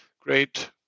great